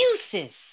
excuses